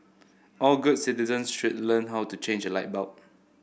all good citizens should learn how to change a light bulb